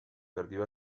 perdió